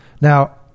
Now